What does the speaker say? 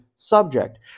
subject